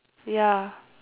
ya